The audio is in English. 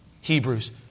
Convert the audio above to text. Hebrews